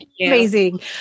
amazing